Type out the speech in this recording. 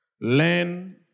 Learn